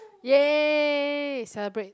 ya celebrate